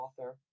author